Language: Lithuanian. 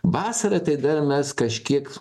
vasarą tai dar mes kažkiek